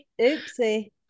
oopsie